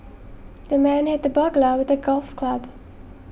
the man hit the burglar with the golf club